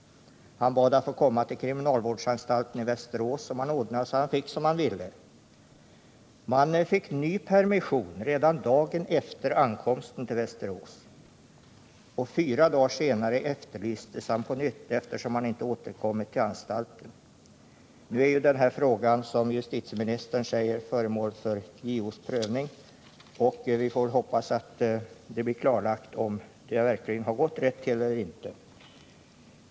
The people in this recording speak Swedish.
Han bad att få komma till kriminalvårdsanstalten i Västerås, och man ordnade så att han fick som han ville. Mannen fick ny permission redan dagen efter ankomsten till Västerås. Fyra dagar senare efterlystes han på nytt eftersom han inte återkommit till anstalten. Nu är den här frågan, som justitieministern säger, föremål för JO:s prövning, och vi får hoppas att det blir klarlagt om det gått rätt till eller inte.